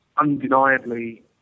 undeniably